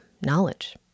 knowledge